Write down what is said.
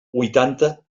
huitanta